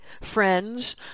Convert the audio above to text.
friends